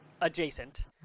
adjacent